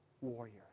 warrior